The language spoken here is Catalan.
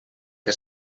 que